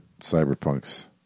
Cyberpunk's